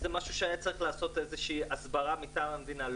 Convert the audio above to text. זה משהו שהיה צריך לעשות איזו שהיא הסברה מטעם המדינה.